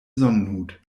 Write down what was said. sonnenhut